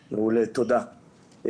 תודה.